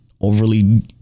overly